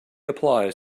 applies